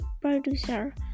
producer